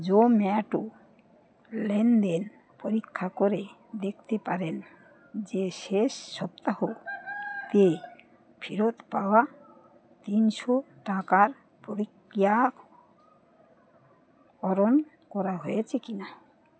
জোম্যাটো লেনদেন পরীক্ষা করে দেখতে পারেন যে শেষ সপ্তাহ তে ফেরত পাওয়া তিনশো টাকার প্রক্রিয়াকরণ করা হয়েছে কি না